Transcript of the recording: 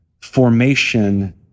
formation